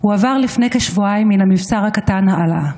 הועבר לפני כשבועיים מן המבצר הקטן הלאה,